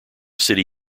city